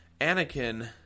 Anakin